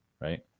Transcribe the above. right